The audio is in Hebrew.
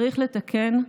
צריך לתקן.